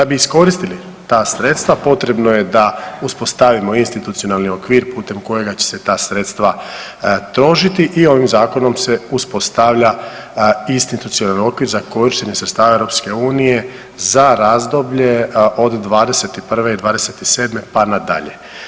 Da bi iskoristili ta sredstva potrebno je da uspostavimo institucionalni okvir putem kojega će se ta sredstva trošiti i ovim zakonom se uspostavlja institucionalni okvir za korištenje sredstava Europske unije za razdoblje od 21. i 27. pa nadalje.